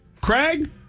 Craig